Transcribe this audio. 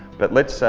but lets,